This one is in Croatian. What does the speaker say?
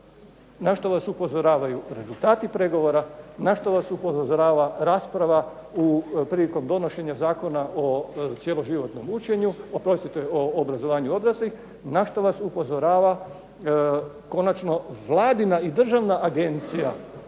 na što vas upozoravaju rezultati pregovora, na što vas upozorava rasprava prilikom donošenja Zakona o cijeloživotnom učenju, oprostite o obrazovanju odraslih, na što vas upozorava Vladina i državna Agencija